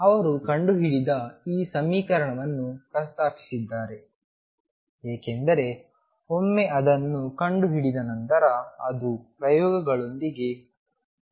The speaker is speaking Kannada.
ಅವರು ಕಂಡುಹಿಡಿದ ಈ ಸಮೀಕರಣವನ್ನು ಪ್ರಸ್ತಾಪಿಸಿದ್ದಾರೆ ಏಕೆಂದರೆ ಒಮ್ಮೆ ಅದನ್ನು ಕಂಡುಹಿಡಿದ ನಂತರ ಅದು ಪ್ರಯೋಗಗಳೊಂದಿಗೆ ಹೊಂದಿಕೆಯಾಗುತ್ತದೆ